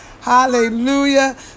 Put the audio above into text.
Hallelujah